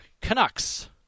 Canucks